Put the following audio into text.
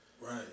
Right